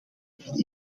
dat